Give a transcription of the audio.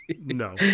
No